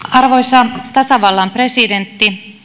arvoisa tasavallan presidentti